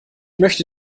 möchte